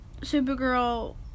Supergirl